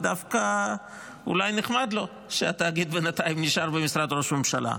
ודווקא אולי נחמד לו שהתאגיד בינתיים נשאר במשרד ראש הממשלה.